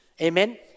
Amen